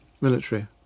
Military